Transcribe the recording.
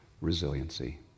resiliency